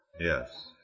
Yes